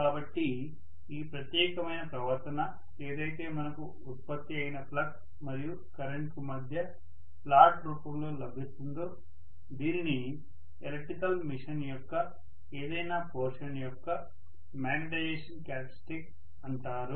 కాబట్టి ఈ ప్రత్యేకమైన ప్రవర్తన ఏదైతే మనకు ఉత్పత్తి అయిన ఫ్లక్స్ మరియు కరెంట్కు మధ్య ప్లాట్ రూపంలో లభిస్తుందో దీనిని ఎలక్ట్రికల్ మెషీన్ యొక్క ఏదైనా పోర్షన్స్ యొక్క మ్యాగ్నెటైజేషన్ క్యారెక్టర్స్టిక్స్ అంటారు